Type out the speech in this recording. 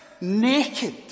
naked